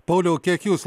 pauliau kiek jūs